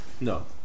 no